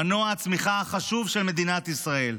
מנוע הצמיחה החשוב של מדינת ישראל,